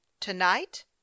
tonight